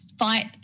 fight